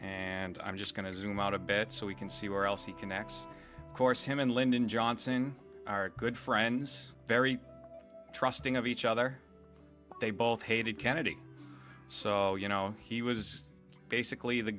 and i'm just going to zoom out a bit so we can see where else he connects course him and lyndon johnson are good friends very trusting of each other they both hated kennedy so you know he was basically the